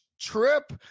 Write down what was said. trip